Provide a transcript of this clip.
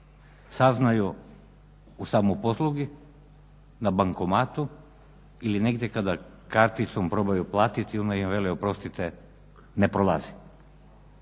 Saznaju u samoposluzi, na bankomatu ili negdje kada karticom probaju platiti onda vele oprostite ne prolazi.